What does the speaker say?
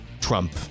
Trump